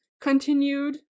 continued